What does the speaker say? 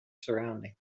surroundings